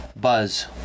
Buzz